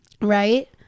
right